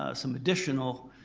ah some additional